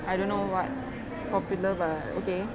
I don't know what popular but okay